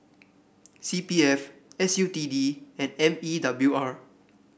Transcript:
C P F S U T D and M E W R